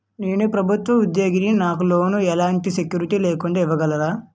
నేను ప్రభుత్వ ఉద్యోగిని, నాకు లోన్ ఎలాంటి సెక్యూరిటీ లేకుండా ఇవ్వగలరా?